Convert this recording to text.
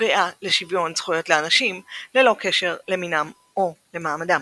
וקריאה לשוויון זכויות לאנשים ללא קשר למינם או למעמדם.